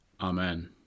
Amen